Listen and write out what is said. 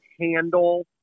handle